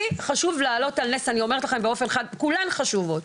כולן חשובות,